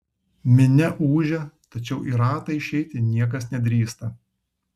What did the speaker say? minia ūžia tačiau į ratą išeiti niekas nedrįsta